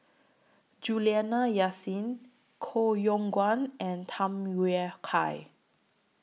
Juliana Yasin Koh Yong Guan and Tham Yui Kai